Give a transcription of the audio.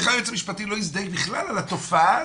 איך היועץ המשפטי לא הזדהה בכלל עם התופעה הזו,